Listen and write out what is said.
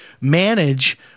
manage